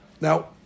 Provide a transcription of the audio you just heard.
Now